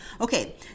Okay